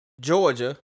Georgia